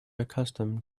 accustomed